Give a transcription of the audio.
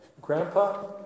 grandpa